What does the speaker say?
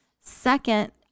Second